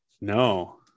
no